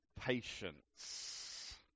patience